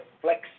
Flex